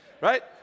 right